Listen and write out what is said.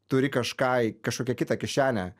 turi kažką kažkokią kitą kišenę